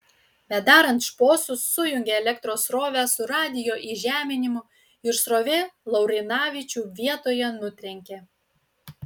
bedarant šposus sujungė elektros srovę su radijo įžeminimu ir srovė laurinavičių vietoje nutrenkė